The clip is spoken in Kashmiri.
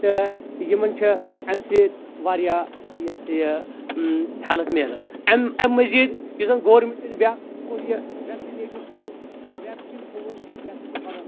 تہٕ یِمن چھِ اَمہِ سۭتۍ واریاہ یہِ ہسا یہِ ہیٚلٕپ میلان اَمہِ مٔزیٖد یُس زَن گورمیٚنٛٹ یہِ بیاکھ کوٚر یہِ ویٚکسِنیشن کوٚرُن یہِ ویٚکسِنیشن تھووُن یہِ ہسا چھُ بَڑٕ